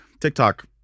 TikTok